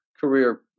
career